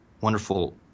wonderful